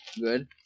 Good